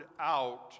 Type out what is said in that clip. out